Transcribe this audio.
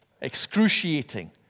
Excruciating